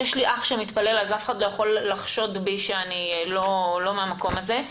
יש לי אח שמתפלל אז אף אחד לא יכול לחשוד בי שאני לא מן המקום הזה.